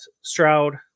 Stroud